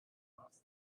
off